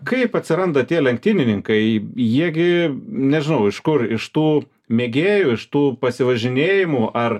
kaip atsiranda tie lenktynininkai jie gi nežinau iš kur iš tų mėgėjų iš tų pasivažinėjimų ar